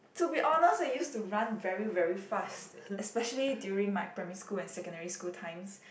to be honest I used to run very very fast especially during my primary school and secondary school times